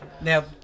Now